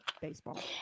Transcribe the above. baseball